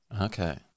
Okay